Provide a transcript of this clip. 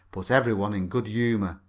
put every one in good humor,